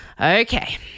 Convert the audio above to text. Okay